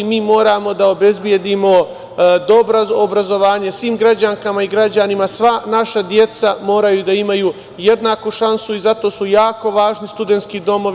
Mi moramo da obezbedimo obrazovanje svim građanima i građankama, sva naša deca moraju da imaju jednaku šansu i zato su jako važni studentski domovi.